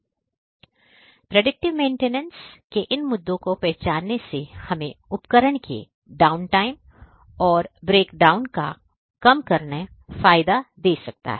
Predictive maintenance predictive maintenance के इन मुद्दों को पहचानने से हमें उपकरण के डाउनटाइम और ब्रेकडाउन का कम करना फायदा दे सकता है